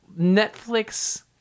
Netflix